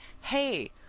Hey